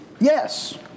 Yes